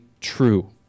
true